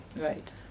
Right